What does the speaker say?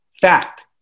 Fact